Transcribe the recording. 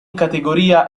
categoria